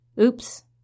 Oops